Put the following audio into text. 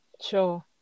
sure